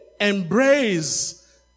embrace